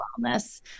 wellness